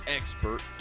expert